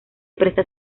presta